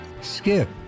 Skip